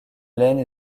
laine